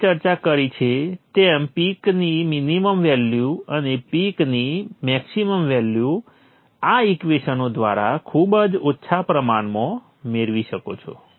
આપણે ચર્ચા કરી છે તેમ પીકની મિનિમમ વેલ્યુ અને પીકની મેક્સીમમ વેલ્યુ આ ઈકવેશનો દ્વારા ખુબજ ઓછા પ્રમાણમાં મેળવી શકો છો